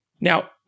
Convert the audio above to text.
Now